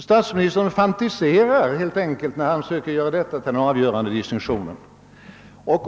Statsministern fantiserar helt enkelt när han söker göra detta till en avgörande distinktion.